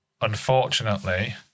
unfortunately